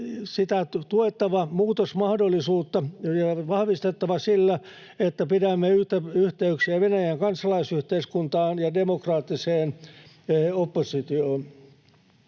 sitä muutosmahdollisuutta tuettava ja vahvistettava sillä, että pidämme yllä yhteyksiä Venäjän kansalaisyhteiskuntaan ja demokraattiseen oppositioon.